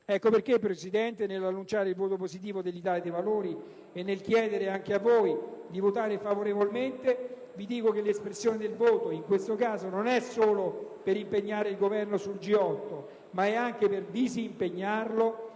Ecco perché, Presidente, nell'annunciare il voto positivo dell'IdV e nel chiedere anche a voi di votare favorevolmente, vi dico che l'espressione del voto in questo caso non è solo per impegnare il Governo sul G8, ma anche per disimpegnarlo